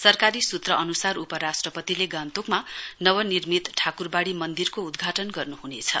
सरकारी सूत्र अनूसार उपराष्ट्रपतिले गान्तोक नवनिर्मित ठाकुरबाड़ी मन्दिरको उद्घाटन गर्नुहुनेछ